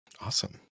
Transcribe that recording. Awesome